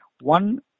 One